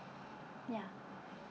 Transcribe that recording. ya